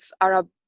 Arab